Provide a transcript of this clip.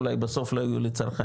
אולי בסוף לא יהיו לי צרכנים,